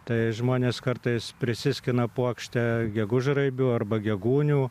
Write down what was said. tai žmonės kartais prisiskina puokštę gegužraibių arba gegūnių